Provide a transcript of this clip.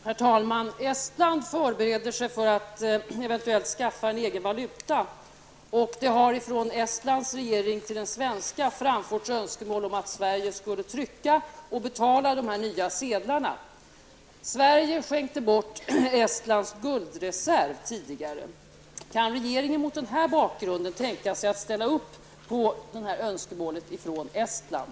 Herr talman! Estland förbereder sig för att eventuellt skaffa en egen valuta, och det har från Estlands regering till den svenska framförts önskemål om att Sverige skulle trycka och betala de nya sedlarna. Sverige skänkte tidigare bort Estlands guldreserv. Kan regeringen mot denna bakgrund tänka sig att ställa upp på det här önskemålet från Estland?